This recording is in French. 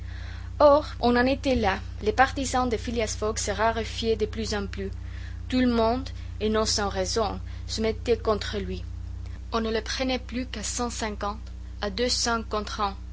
or on en était là les partisans de phileas fogg se raréfiaient de plus en plus tout le monde et non sans raison se mettait contre lui on ne le prenait plus qu'à cent cinquante à